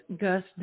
Gus